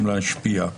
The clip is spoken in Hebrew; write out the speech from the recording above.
גם להשפיע.